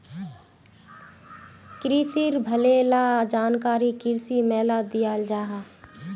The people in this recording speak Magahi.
क्रिशिर भले ला जानकारी कृषि मेलात दियाल जाहा